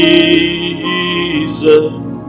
Jesus